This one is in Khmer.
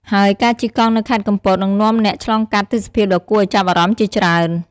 ហើយការជិះកង់នៅខេត្តកំពតនឹងនាំអ្នកឆ្លងកាត់ទេសភាពដ៏គួរឱ្យចាប់អារម្មណ៍ជាច្រើន។